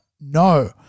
No